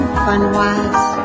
fun-wise